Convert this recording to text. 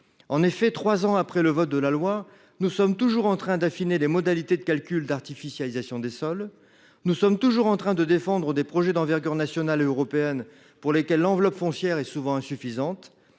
En effet, trois ans après le vote de la loi, nous sommes toujours en train d’affiner les modalités de calcul de l’artificialisation des sols, nous sommes toujours en train de défendre des projets d’envergure nationale et européenne, pour lesquels l’enveloppe foncière est souvent insuffisante,